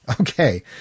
Okay